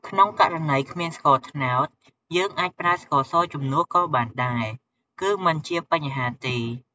ក្នុងករណីគ្មានស្ករត្នោត យើងអាចប្រើស្ករសជំនួសក៏បានដែរ គឺមិនជាបញ្ហាទេ។